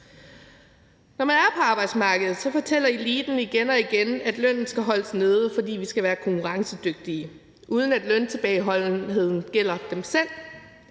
Når man er på arbejdsmarkedet, fortæller eliten igen og igen, at lønnen skal holdes nede, fordi vi skal være konkurrencedygtige, uden at løntilbageholdenheden gælder dem selv.